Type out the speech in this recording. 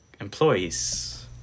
employees